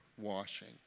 washing